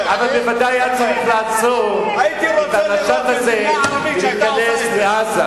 אבל בוודאי היה צריך לעצור את המשט הזה מלהיכנס לעזה,